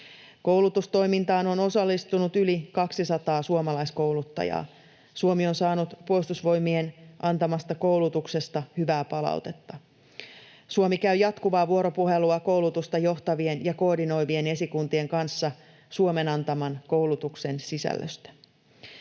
Koulutustoimintaan on osallistunut yli 200 suomalaiskouluttajaa. Suomi on saanut Puolustusvoimien antamasta koulutuksesta hyvää palautetta. Suomi käy jatkuvaa vuoropuhelua koulutusta johtavien ja koordinoivien esikuntien kanssa Suomen antaman koulutuksen sisällöstä.